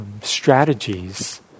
Strategies